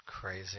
Crazy